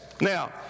now